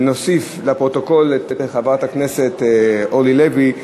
ונוסיף לפרוטוקול את חברת הכנסת אורלי לוי,